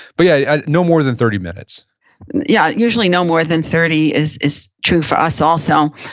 but yeah no more than thirty minutes yeah, usually no more than thirty is is true for us also.